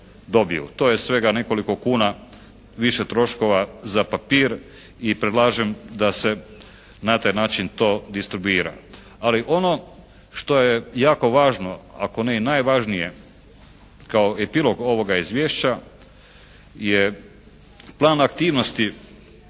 To je svega nekoliko kuna više troškova za papir i predlažem da se na taj način to distribuira. Ali ono što je jako važno ako ne i najvažnije kao epilog ovoga izvješća je plan aktivnosti